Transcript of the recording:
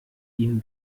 ihn